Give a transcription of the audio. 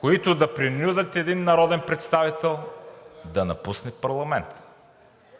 които да принудят един народен представител да напусне парламента.